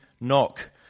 knock